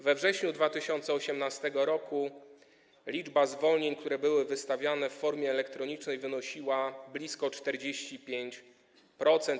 We wrześniu 2018 r. liczba zwolnień, które były wystawione w formie elektronicznej, wynosiła blisko 45%.